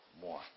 more